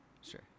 sure